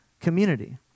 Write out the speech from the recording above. community